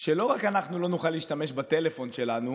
שלא רק שאנחנו לא נוכל להשתמש בטלפון שלנו